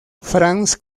franz